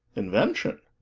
invention?